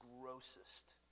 grossest